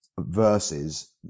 versus